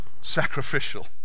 sacrificial